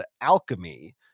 Alchemy